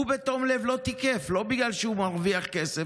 הוא בתום לב לא תיקף, לא בגלל שהוא מרוויח כסף.